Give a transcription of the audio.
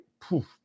poof